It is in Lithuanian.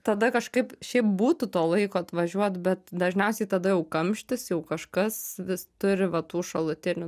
tada kažkaip šiaip būtų to laiko atvažiuot bet dažniausiai tada jau kamštis jau kažkas vis turi va tų šalutinių